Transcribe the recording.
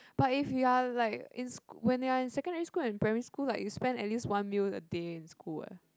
but if you are like in school when you are in secondary school and primary school like you spend at least one meal a day in school what